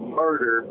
murder